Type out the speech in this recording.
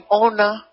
honor